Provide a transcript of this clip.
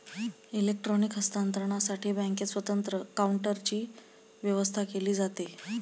electronic हस्तांतरणसाठी बँकेत स्वतंत्र काउंटरची व्यवस्था केली जाते